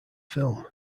film